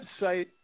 website